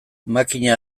makina